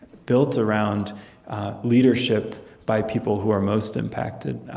built around leadership by people who are most impacted,